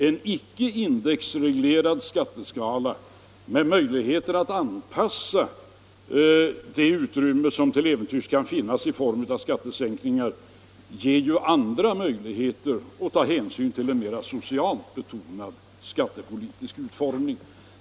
En icke indexreglerad skatteskala med möjligheter att anpassa det utrymme som till äventyrs kan finnas för skattesänkningar ger ju andra möjligheter att ta hänsyn till en mera socialt betonad skattepolitisk utformning.